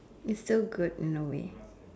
it's so good in a way